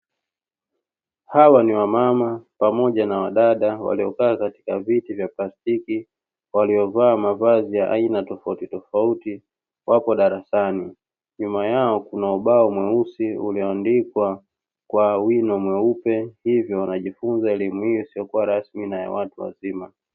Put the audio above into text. Hawa ni wamama pamoja na wadada waliokaa katika viti vya plastiki waliovaa mavazi ya aina tofautitofauti wapo darasani, nyuma yao kuna ubao mweusi ulioandikwa kwa wino mweupe hivyo wanajifunza elimu hii isiyokuwa rasmi na ya watu wazima.